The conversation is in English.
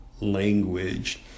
language